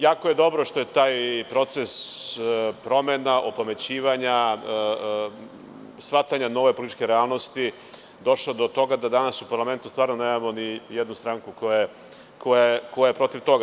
Jako je dobro što je taj proces promena, opamećivanja, shvatanja nove političke realnosti došao do toga da danas u parlamentu stvarno nemamo nijednu stranku koja je protiv toga.